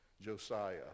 Josiah